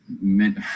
meant